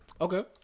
Okay